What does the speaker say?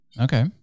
Okay